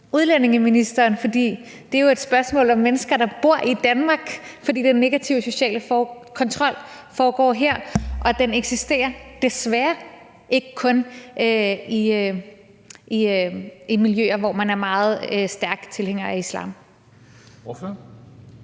udlændingeministeren, da det jo er et spørgsmål om mennesker, der bor i Danmark, fordi den negative sociale kontrol foregår her og desværre ikke kun eksisterer i miljøer, hvor man er meget stærke tilhængere af islam.